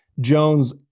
Jones